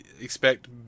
expect